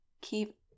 keep